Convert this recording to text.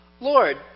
Lord